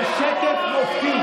אתה לא מתבייש?